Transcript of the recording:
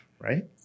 Right